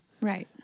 Right